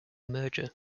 merger